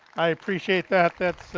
i appreciate that, that's.